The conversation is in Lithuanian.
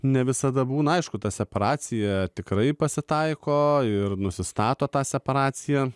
ne visada būna aišku ta separacija tikrai pasitaiko ir nusistato tą separaciją